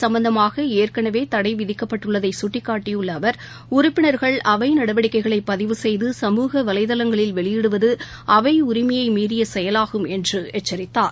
சம்பந்தமாகஏற்கனவேதடைவிதிக்கப்பட்டுள்ளதைசுட்டிக்காட்டியஅவர் உறுப்பினர்கள் இத அவைநடவடிக்கைகளைபதிவு செய்து வலைதளங்களில் சமூக வெளியிடுவதுஅவைஉரிமையைமீறியசெயலாகும் என்றுஎச்சரித்தார்